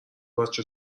بچه